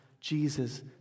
Jesus